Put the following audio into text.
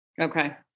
Okay